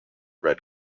red